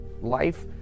Life